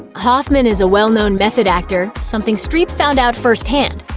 hoffman is a well-known method actor something streep found out firsthand.